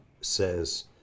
says